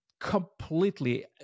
completely